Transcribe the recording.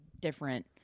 different